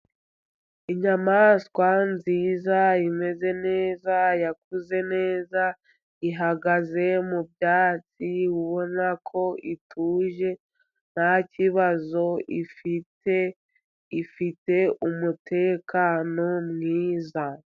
Inyamaswa nziza imeze neza, yakuze neza, ihagaze mubyatsi ubona ko ituje ntakibazo ifite, ifite umutekano mwiza.